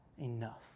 enough